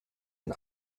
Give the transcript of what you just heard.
ein